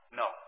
no